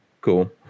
cool